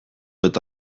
eta